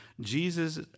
Jesus